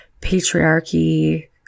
patriarchy